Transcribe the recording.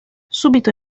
subito